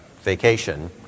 vacation